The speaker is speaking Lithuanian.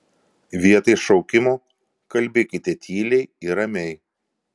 vietoj šaukimo kalbėkite tyliai ir ramiai